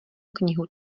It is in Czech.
knihu